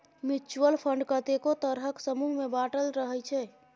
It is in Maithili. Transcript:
म्युच्युअल फंड कतेको तरहक समूह मे बाँटल रहइ छै